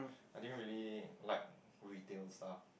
I don't really like retail stuff